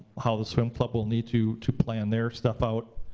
how the swim club will need to to plan their stuff out.